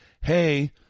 hey